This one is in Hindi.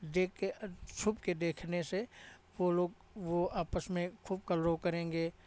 देख के छुप के देखने से वो लोग वो आपस में खूब कलरव करेंगे